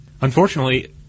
Unfortunately